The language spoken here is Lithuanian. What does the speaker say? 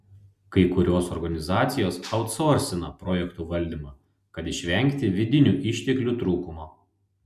kai kurios organizacijos autsorsina projektų valdymą kad išvengti vidinių išteklių trūkumo